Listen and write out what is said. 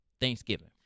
Thanksgiving